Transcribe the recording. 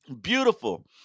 beautiful